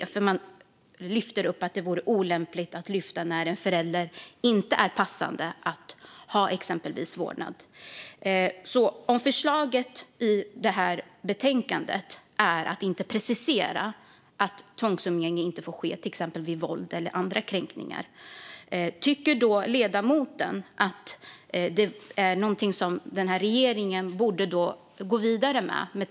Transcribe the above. Men i betänkandet menar man att det är olämpligt att precisera när det inte är passande att en förälder har exempelvis vårdnad. I förslaget i betänkandet ingår inte att precisera att tvångsumgänge inte får ske vid våld eller andra kränkningar, men tycker ledamoten att det är något regeringen borde gå vidare med?